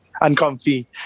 Uncomfy